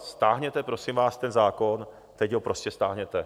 Stáhněte, prosím vás, ten zákon, teď ho prosím stáhněte.